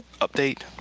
update